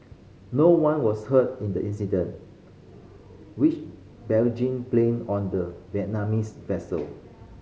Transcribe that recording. no one was hurt in the incident which Beijing blamed on the Vietnamese vessel